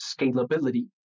scalability